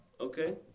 Okay